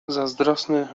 zazdrosny